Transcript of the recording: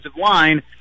line